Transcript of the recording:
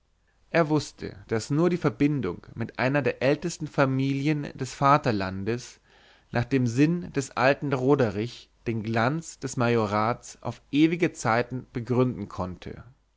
er wußte daß nur die verbindung mit einer der ältesten familien des vaterlandes nach dem sinn des alten roderich den glanz des majorats auf ewige zeiten begründen konnte